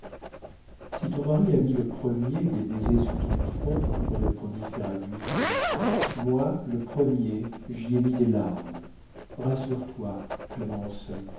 si ton mari a mis le premier des baisers sur ton front répondit ferragus moi le premier j'y ai mis des larmes rassure-toi clémence